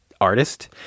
artist